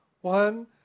One